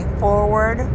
forward